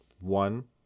One